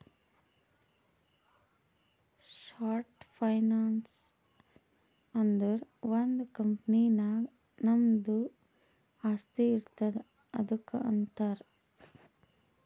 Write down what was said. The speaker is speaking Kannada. ಶಾರ್ಟ್ ಫೈನಾನ್ಸ್ ಅಂದುರ್ ಒಂದ್ ಕಂಪನಿ ನಾಗ್ ನಮ್ದು ಆಸ್ತಿ ಇರ್ತುದ್ ಅದುಕ್ಕ ಅಂತಾರ್